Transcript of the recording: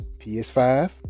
ps5